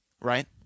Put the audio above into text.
right